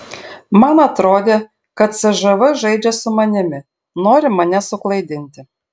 man atrodė kad cžv žaidžia su manimi nori mane suklaidinti